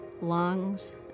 lungs